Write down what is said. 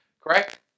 correct